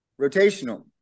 rotational